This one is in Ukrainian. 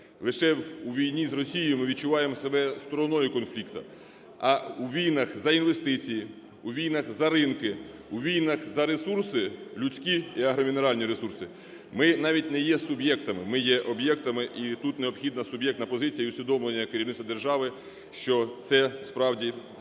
Лише у війні з Росією ми відчуваємо себе стороною конфлікту, а у війнах за інвестиції, у війнах за ринки, у війнах за ресурси людські і агромінеральні ресурси ми навіть не є суб'єктами – ми є об'єктами. І тут необхідна суб'єктна позиція і усвідомлення керівництва держави, що це справді йде